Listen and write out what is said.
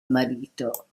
marito